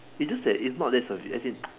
it's just that it's not that severe as in